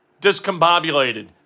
discombobulated